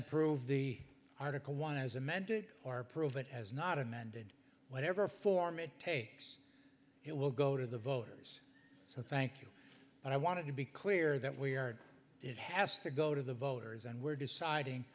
approve the article one as amended or prove it as not amended whatever form it takes it will go to the voters so thank you but i want to be clear that we are it has to go to the voters and we're deciding